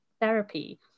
Therapy